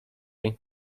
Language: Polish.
itd